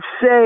say